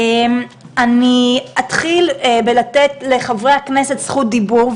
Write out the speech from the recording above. אני אתחיל בלתת לחברי הכנסת זכות דיבור,